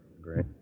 Great